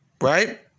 right